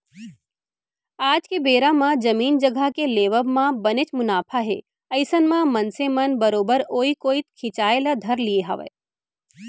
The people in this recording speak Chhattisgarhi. आज के बेरा म जमीन जघा के लेवब म बनेच मुनाफा हे अइसन म मनसे मन बरोबर ओइ कोइत खिंचाय ल धर लिये हावय